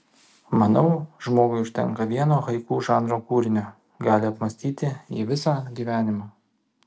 manau žmogui užtenka vieno haiku žanro kūrinio gali apmąstyti jį visą gyvenimą